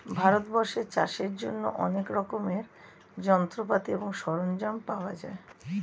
ভারতবর্ষে চাষের জন্য অনেক রকমের যন্ত্রপাতি এবং সরঞ্জাম পাওয়া যায়